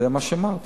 זה מה שאמרתי.